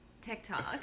TikTok